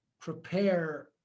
prepare